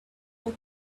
more